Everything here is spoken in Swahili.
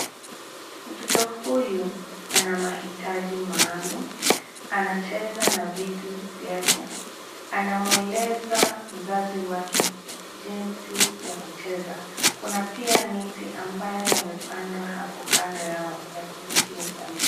Mtoto huyu ana mahitaji maalum. Anacheza na vitu vyake. Anamweleza mzazi wake jinsi ya kucheza. Kuna pia miti ambayo yamepandwa kando yao ya kuvutia sana.